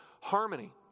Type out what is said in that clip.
harmony